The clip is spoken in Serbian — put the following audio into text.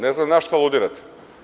Ne znam na šta aludirate?